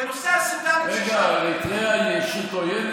בנושא הסודאנים, רגע, אריתריאה היא ישות עוינת?